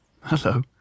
Hello